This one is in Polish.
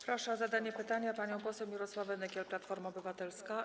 Proszę o zadanie pytania panią poseł Mirosławę Nykiel, Platforma Obywatelska.